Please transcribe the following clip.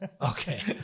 okay